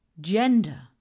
Gender